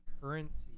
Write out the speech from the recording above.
currency